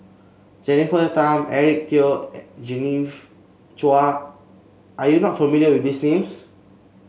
Jennifer Tham Eric Teo and Genevieve Chua are you not familiar with these names